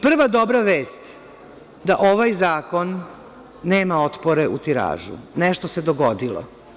Prva dobra vest je da ovaj zakon nema otpore u tiražu, nešto se dogodilo.